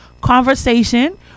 Conversation